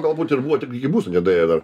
galbūt ir buvo tik iki mūsų nedaėjo dar